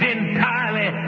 entirely